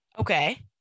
Okay